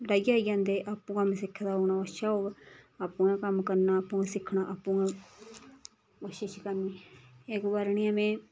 लड़ाइयै आई जंदे आपूं कम्म सिक्खे दा होग न ओह् अच्छा होग आपूं गै कम्म करना आपूं सिक्खना आपूं गै कोशिश करनी इक बार इ'यां में